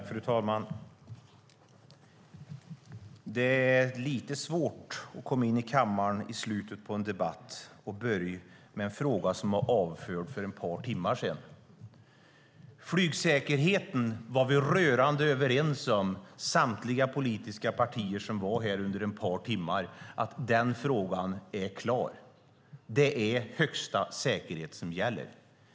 Fru talman! Det blir lite svårt när man kommer in i kammaren i slutet av en debatt att börja med en fråga som blev avförd för ett par timmar sedan. Flygsäkerheten var vi rörande överens om, samtliga politiska partier. Den frågan är klar. Det är högsta säkerhet som gäller.